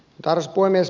arvoisa puhemies